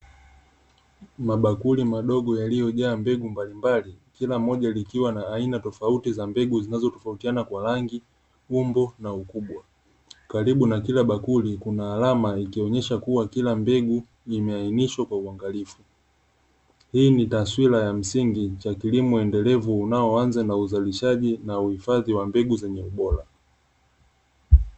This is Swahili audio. Mabakuli madogo yaliyojaa mbegu mbalimbali, kila moja likiwa na aina tofauti za mbegu zinazotofautiana kwa rangi, umbo na ukubwa. Karibu na kila bakuli kuna alama ikionyesha kuwa kila mbegu imeainishwa kwa uangalifu. Hii ni taswira ya msingi ya kilimo endelevu unaoanza na uzalishaji na uhifadhi wa mbegu bora.